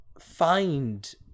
find